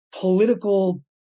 political